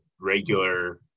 regular